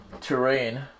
terrain